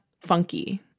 Funky